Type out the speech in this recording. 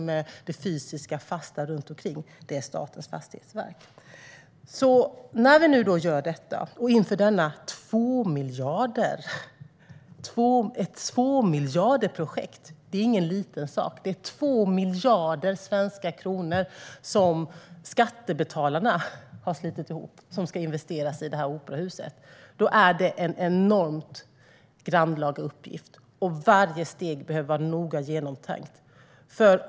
Men allt det fysiska, fasta, runt omkring är Statens fastighetsverks ansvar. Detta projekt kommer att kosta 2 miljarder. Det är ingen liten sak. 2 miljarder svenska kronor, som skattebetalarna har slitit ihop, ska investeras i operahuset. Det är en enormt grannlaga uppgift, och varje steg behöver vara noga genomtänkt.